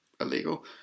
illegal